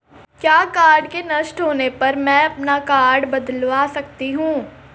क्या कार्ड के नष्ट होने पर में कार्ड बदलवा सकती हूँ?